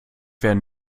werden